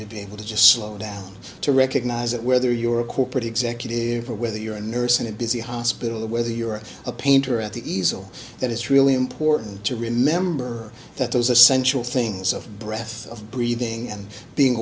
to be able to just slow down to recognize that whether you're a corporate executive or whether you're a nurse in a busy hospital or whether you're a painter at the easel that it's really important to remember that those essential things of breath of breathing and being